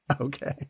Okay